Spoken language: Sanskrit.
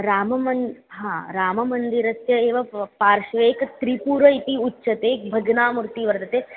राममन् हा राममन्दिरस्य एव प पार्श्वे एकः त्रिपुरः इति उच्यते भग्नामूर्तिः वर्तते